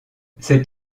cet